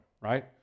Right